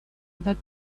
that